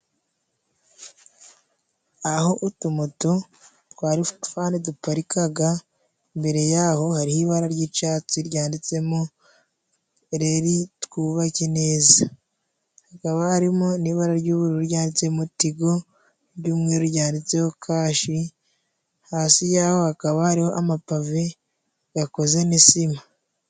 Aho utumoto twa Rifani duparikaga, mbere yaho hariho ibara ry'icatsi ryanditsemo reri twubake neza, hakaba harimo n'ibara ry'ubururu ryanditswemo tigo, iry'umweru ryanditsemo kashi, hasi yaho hakaba hariho amapavi yakozemo n'isima.